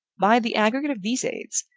by the aggregate of these aids,